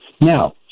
Now